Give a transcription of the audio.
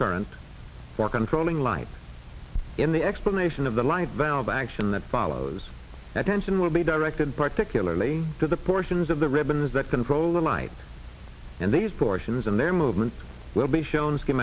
current for controlling light in the explanation of the light valve action that follows that tension will be directed particularly to the portions of the ribbons that control the light and these portions and their movement will be shown s